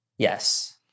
Yes